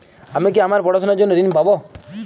আমি কি আমার পড়াশোনার জন্য ঋণ পাব?